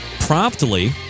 promptly